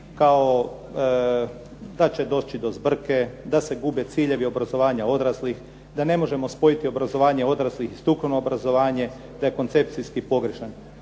Kao da će doći do zbrke, da se gube ciljevi obrazovanje odraslih, da ne možemo spojiti obrazovanje odraslih, strukovno obrazovanje, da je koncepcijski pogrešan.